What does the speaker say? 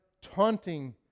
taunting